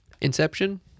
Inception